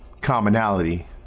commonality